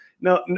No